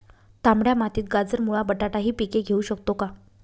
तांबड्या मातीत गाजर, मुळा, बटाटा हि पिके घेऊ शकतो का?